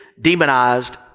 demonized